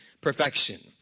perfection